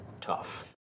tough